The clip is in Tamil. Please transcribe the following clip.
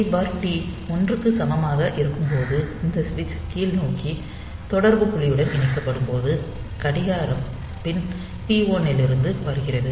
சி டி 1 க்கு சமமாக இருக்கும்போது இந்த சுவிட்ச் கீழ்நோக்கி தொடர்பு புள்ளியுடன் இணைக்கப்படும் போது கடிகாரம் பின் டி1 இலிருந்து வருகிறது